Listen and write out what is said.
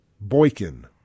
Boykin